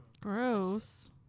Gross